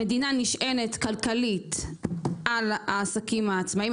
המדינה נשענת כלכלית על העסקים העצמאיים,